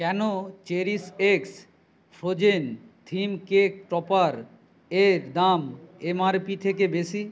কেন CherishX frozen theme cake topper এর দাম এমআরপি থেকে বেশি